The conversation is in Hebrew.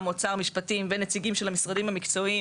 אוצר ומשפטים ונציגים של המשרדים המקצועיים,